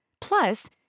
Plus